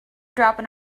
dropping